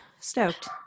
Stoked